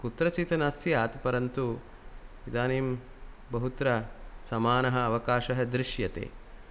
कुत्रचित् न स्यात् परन्तु इदानीं बहुत्र समानः अवकाशः दृश्यते